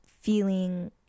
feeling